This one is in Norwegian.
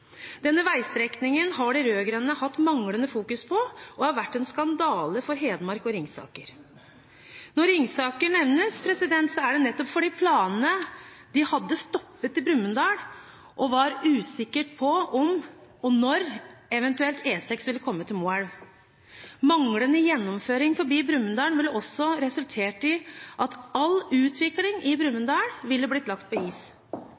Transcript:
Denne veistrekningen har de rød-grønne hatt manglende fokusering på, og den har vært en skandale for Hedmark og Ringsaker. Når Ringsaker nevnes, er det nettopp fordi planene de hadde, stoppet i Brumunddal, og det var usikkert om og når E6 eventuelt ville gjennomføres fram til Moelv. Manglende gjennomføring forbi Brumunddal ville også resultert i at all utvikling i Brumunddal ville blitt lagt på is,